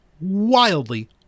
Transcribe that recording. wildly